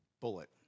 bullet